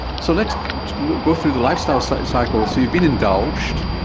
so let's go through the lifestyle so cycle. so you've been indulged,